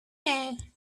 day